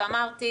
ואמרתי